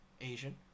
Asian